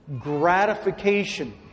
gratification